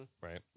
Right